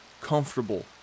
comfortable